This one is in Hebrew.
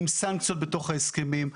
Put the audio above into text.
עם סנקציות בתוך ההסכמים.